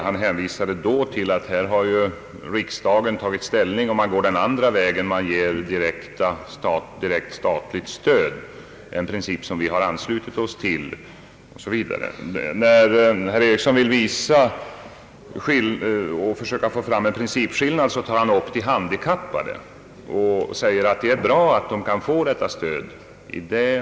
Han hänvisade då till att riksdagen tagit ställning och gått den andra vägen genom att lämna ett direkt statligt stöd; en princip som vi har anslutit oss till. När herr Eriksson söker få fram en principskillnad nämner han de handikappade och säger att det är bra att de kan få detta stöd via periodiskt understöd.